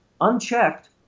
unchecked